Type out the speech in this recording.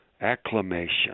acclamation